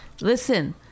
Listen